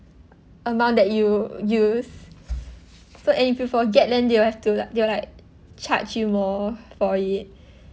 amount that you you use so if you forget then they'll have to they'll like charge you more for it